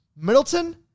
Middleton